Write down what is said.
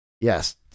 Yes